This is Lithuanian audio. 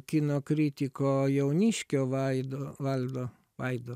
kino kritiko jauniškio vaido valdo vaido